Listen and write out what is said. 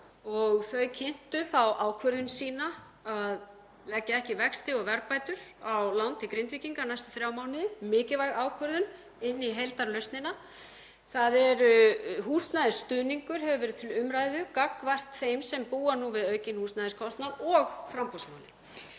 og þau kynntu þá ákvörðun sína að leggja ekki vexti og verðbætur á lán til Grindvíkinga næstu þrjá mánuði, mikilvæg ákvörðun inn í heildarlausnina. Húsnæðisstuðningur hefur verið til umræðu gagnvart þeim sem búa nú við aukinn húsnæðiskostnað og framboðsmálin.